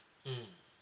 mmhmm